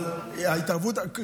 אתה חושב שזה טוב, ההתערבות הזאת?